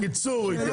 הוא יתייחס בקיצור.